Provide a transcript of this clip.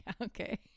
okay